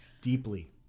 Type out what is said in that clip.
Deeply